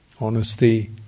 Honesty